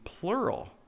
plural